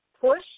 push